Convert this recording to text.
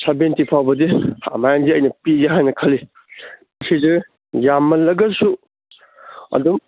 seventy ꯐꯥꯎꯕꯗꯤ ꯑꯃꯥꯏꯅꯗꯤ ꯑꯩꯅ ꯄꯤꯒꯦ ꯍꯥꯏꯅ ꯈꯜꯂꯤ ꯁꯤꯁꯦ ꯌꯥꯝꯃꯜꯂꯒꯁꯨ ꯑꯗꯨꯝ